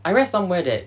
I read somewhere that